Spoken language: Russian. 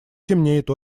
темнеет